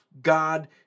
God